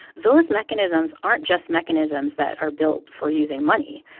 those mechanisms aren't just mechanisms that are built for using money.